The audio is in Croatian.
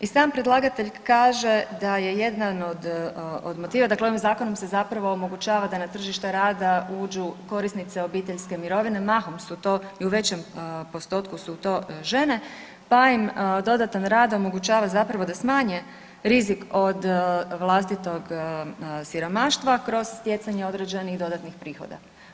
I sam predlagatelj kaže da je jedan od motiva, dakle ovim zakonom se zapravo omogućava da na tržište rada uđu korisnice obiteljske mirovine, mahom su to i u većem postotku su to žene, pa im dodatan rad omogućava zapravo da smanje rizik od vlastitog siromaštva kroz stjecanje određenih dodatnih prihoda.